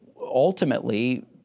ultimately